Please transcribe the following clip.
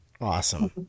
Awesome